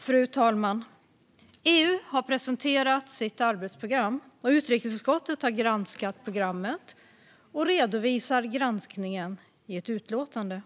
Fru talman! EU har presenterat sitt arbetsprogram. Utrikesutskottet har granskat programmet och redovisar granskningen i ett utlåtande.